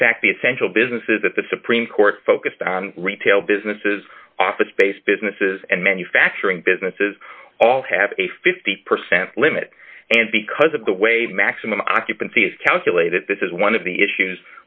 in fact the essential businesses that the supreme court focused on retail businesses office based businesses and manufacturing businesses all have a fifty percent limit and because of the way the maximum occupancy is calculated this is one of the issues